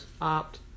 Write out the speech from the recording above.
Opt